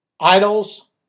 idols